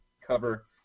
cover